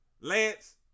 Lance